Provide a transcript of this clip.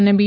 અને બી